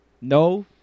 No